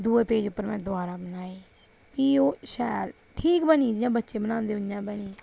दूआ पेज उप्पर में दुबारा बनाए फ्ही ओह् शैल ठीक बनी दी जि'यां बच्चे बनादे उ'आं गै बनी